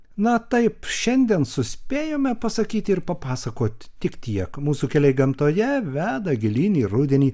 na taip šiandien suspėjome pasakyti ir papasakoti tik tiek mūsų keliai gamtoje veda gilyn į rudenį